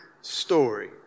story